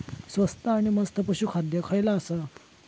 स्वस्त आणि मस्त पशू खाद्य खयला आसा?